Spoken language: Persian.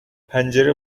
پنجره